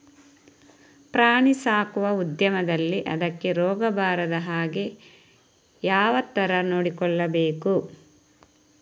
ಪ್ರಾಣಿ ಸಾಕುವ ಉದ್ಯಮದಲ್ಲಿ ಅದಕ್ಕೆ ರೋಗ ಬಾರದ ಹಾಗೆ ಹೇಗೆ ಯಾವ ತರ ನೋಡಿಕೊಳ್ಳಬೇಕು?